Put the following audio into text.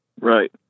Right